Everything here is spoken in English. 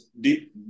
deep